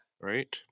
Right